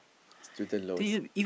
student loans